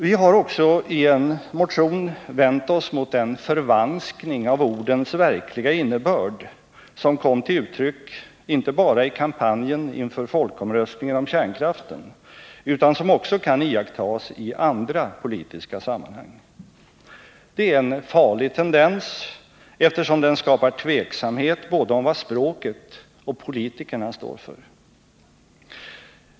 Vi har också i en motion vänt oss mot den förvanskning av ordens verkliga innebörd som kom till uttryck inte bara i kampanjen inför folkomröstningen om kärnkraften, utan som också kan iakttas i andra politiska sammanhang. Det är en farlig tendens, eftersom den skapar tveksamhet både om vad språket och om vad politikerna står för.